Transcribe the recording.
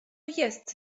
jest